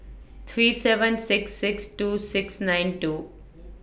three seven six six two six nine two